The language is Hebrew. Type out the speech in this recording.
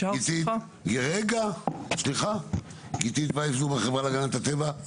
גיתית פנקס, החברה להגנת הטבע.